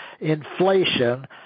inflation